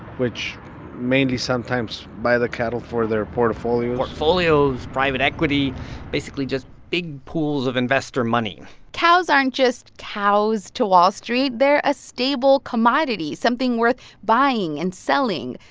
which mainly sometimes buy the cattle for their portfolios portfolios, private equity basically just big pools of investor money cows aren't just cows to wall street. they're a stable commodity, something worth buying and selling.